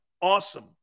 Awesome